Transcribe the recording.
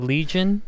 Legion